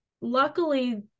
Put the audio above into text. luckily